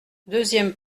deuxième